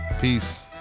Peace